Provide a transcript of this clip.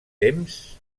temps